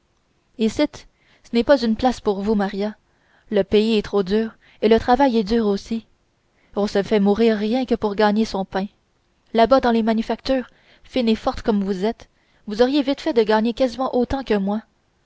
icitte ce n'est pas une place pour vous maria le pays est trop dur et le travail est dur aussi on se fait mourir rien que pour gagner son pain là-bas dans les manufactures fine et forte comme vous êtes vous auriez vite fait de gagner quasiment autant que moi